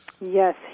Yes